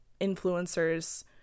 influencers